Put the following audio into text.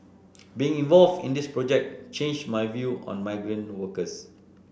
being involved in this project changed my view on migrant workers